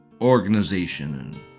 organization